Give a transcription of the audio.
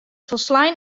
folslein